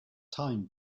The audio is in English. time